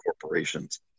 corporations